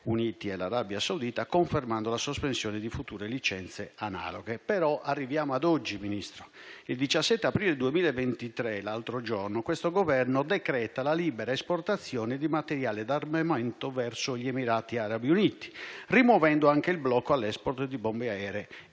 Uniti e l'Arabia Saudita, confermando la sospensione di future licenze analoghe. Arriviamo ad oggi, Ministro. Il 17 aprile 2023, l'altro giorno, questo Governo decreta la libera esportazione di materiale d'armamento verso gli Emirati Arabi Uniti, rimuovendo anche il blocco all'*export* di bombe aeree